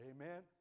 Amen